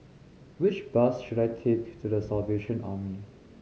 which bus should I take to The Salvation Army